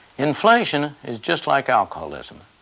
inflation is just like alcoholism.